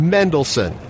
Mendelssohn